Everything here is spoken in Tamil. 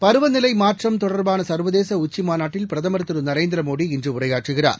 பருவநிலை மாற்றம் தொடர்பான சர்வதேச உச்சிமாநாட்டில் பிரதமர் திரு நரேந்திரமோடி இன்று உரையாற்றுகிறார்